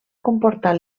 comportar